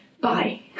bye